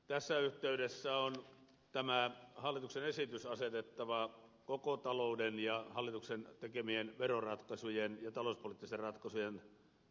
tässä yhteydessä on tämä hallituksen esitys asetettava koko talouden ja hallituksen tekemien veroratkaisujen ja talouspoliittisten ratkaisujen taustaa vasten